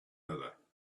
other